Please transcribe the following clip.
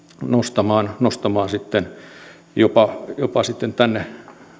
nostamaan nostamaan jopa jopa sitten tänne